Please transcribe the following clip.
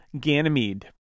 Ganymede